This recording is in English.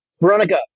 Veronica